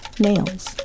nails